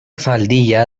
faldilla